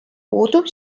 puudu